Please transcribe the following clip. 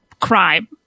crime